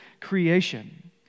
creation